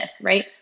right